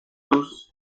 tous